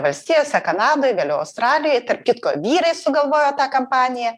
valstijose kanadoj vėliau australijoj tarp kitko vyrai sugalvojo tą kampaniją